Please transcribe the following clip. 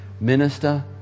Minister